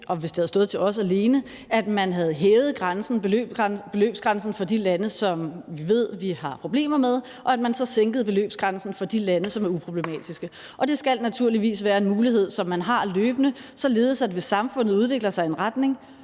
hvis det havde stået til os alene, at man havde hævet beløbsgrænsen for de lande, som vi ved vi har problemer med, og at man så sænkede beløbsgrænsen for de lande, som er uproblematiske. Det skal naturligvis være en mulighed, som man har løbende, således at hvis samfundet udvikler sig i en retning,